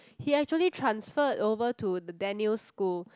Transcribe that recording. he actually transferred over to the Daniel school